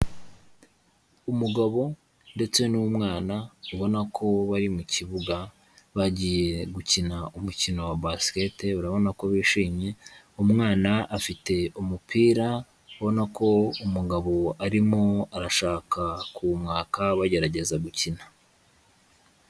Umugabo ndetse n'umwana ubona ko bari mu kibuga bagiye gukina umukino wa basikete urabona ko bishimye, umwana afite umupira ubona ko umugabo arimo arashaka kuwumwaka bagerageza gukina.